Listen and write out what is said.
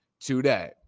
today